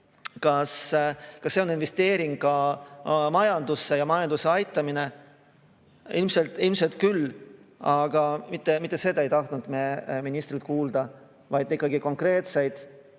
kaitsejõusse on investeering ka majandusse ja majanduse aitamine. Ilmselt küll, aga mitte seda ei tahtnud me ministrilt kuulda, vaid ikkagi konkreetseid